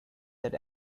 that